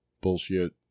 bullshit